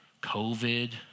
COVID